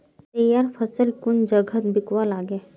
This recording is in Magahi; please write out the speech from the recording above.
तैयार फसल कुन जगहत बिकवा लगे?